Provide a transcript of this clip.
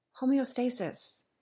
Homeostasis